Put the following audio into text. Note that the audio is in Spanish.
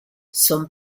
son